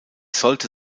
sollte